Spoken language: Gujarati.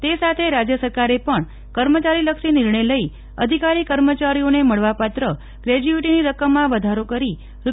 તે સાથે રાજ્ય સરકારે પણ કર્મચારીલક્ષી નિર્ણય લઇ અધિકારીકર્મચારીઓને મળવાપાત્ર ગ્રેજ્યુઇટીની રકમમાં વધારો કરી રૂ